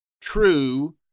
true